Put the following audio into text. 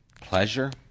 pleasure